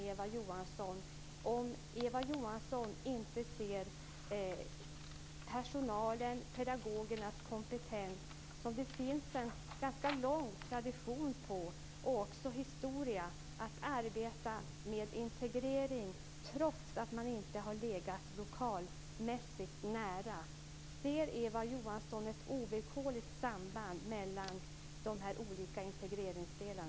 Ser inte Eva Johansson personalens, pedagogernas, kompetens? Det finns ju en ganska lång tradition och historia när det gäller att arbeta med integrering trots att man lokalmässigt inte har legat nära varandra. Ser Eva Johansson ett ovillkorligt samband mellan dessa olika integreringsdelar?